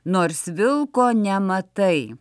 nors vilko nematai